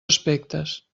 aspectes